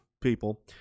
people